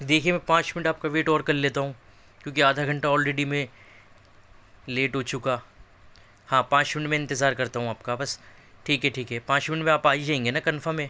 دیکھئے میں پانچ منٹ آپ کا ویٹ اور کر لیتا ہوں کیوں کہ آدھا گھنٹہ آلریڈی میں لیٹ ہو چکا ہاں پانچ منٹ میں انتظار کرتا ہوں آپ کا بس ٹھیک ہے ٹھیک ہے پانچ منٹ آپ آ ہی جائیں گے کنفرم ہے